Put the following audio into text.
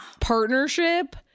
partnership